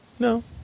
No